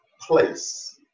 place